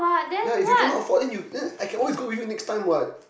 ya if you cannot afford then you then I can always go with you next time what